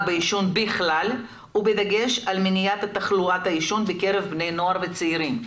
בעישון בכלל ובדגש על מניעת תחלואת העישון בקרב בני נוער וצעירים,